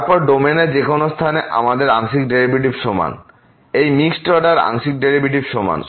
তারপর ডোমেনের যেকোনো স্থানে আমাদের আংশিক ডেরিভেটিভ সমান এই মিক্সড অর্ডার আংশিক ডেরিভেটিভস সমান